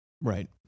right